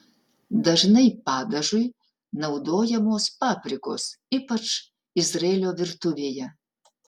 dažnai padažui naudojamos paprikos ypač izraelio virtuvėje